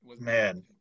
man